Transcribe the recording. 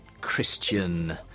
Christian